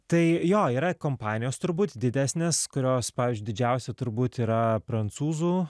tai jo yra kompanijos turbūt didesnės kurios pavyzdžiui didžiausia turbūt yra prancūzų